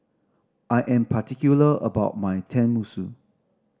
I am particular about my Tenmusu